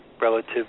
relative